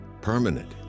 permanent